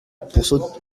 pour